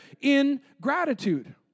ingratitude